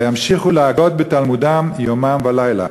אלא ימשיכו להגות בתלמודם יומם ולילה,